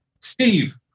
Steve